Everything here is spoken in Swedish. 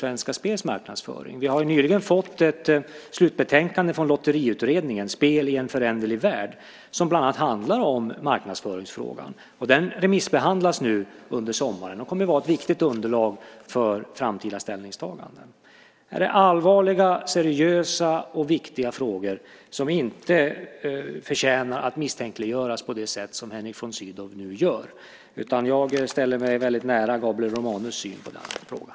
Vi har nyligen fått Lotteriutredningens slutbetänkande Spel i en föränderlig värld som bland annat handlar om marknadsföringsfrågan. Detta remissbehandlas nu under sommaren och kommer att vara ett viktigt underlag för framtida ställningstaganden. Det här är allvarliga, seriösa och viktiga frågor som inte förtjänar att misstänkliggöras på det sätt som Henrik von Sydow nu gör. I stället står jag väldigt nära Gabriel Romanus i synen på den här frågan.